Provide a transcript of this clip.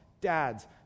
dads